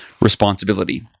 responsibility